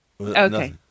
Okay